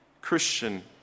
Christian